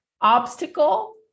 obstacle